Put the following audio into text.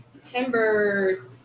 September